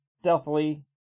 stealthily